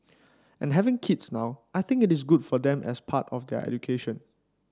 and having kids now I think it is good for them as part of their education